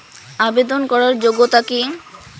আবেদন করার যোগ্যতা কি?